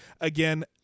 again